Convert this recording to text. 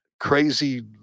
Crazy